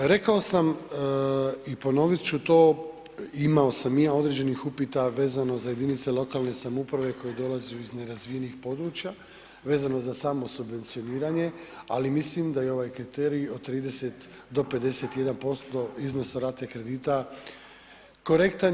Rekao sam i ponovit ću to, imao sam i ja određenih upita vezano za jedinice lokalne samouprave koji dolaze iz nerazvijenih područja, vezano za samo subvencioniranje, ali mislim da je ovaj kriterij od 30 do 51% iznosa rate kredita korektan.